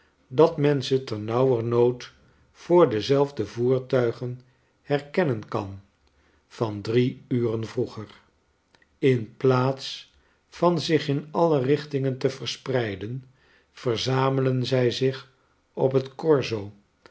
dat men ze ternauwernood voor dezelfde voertuigen herkennen kan van drie uren vroeger in plaats van zich in alle richtingen te verspreiden verzamelen zii zich op het